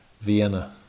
Vienna